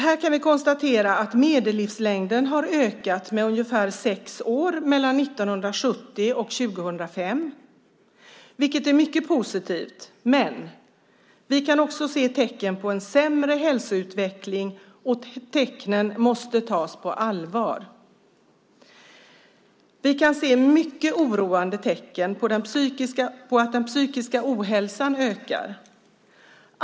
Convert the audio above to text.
Här kan vi konstatera att medellivslängden har ökat med ungefär sex år mellan 1970 och 2005, vilket är mycket positivt. Men vi kan också se tecken på en sämre hälsoutveckling, och dessa tecken måste tas på allvar. Vi kan se mycket oroande tecken på att den psykiska ohälsan ökar.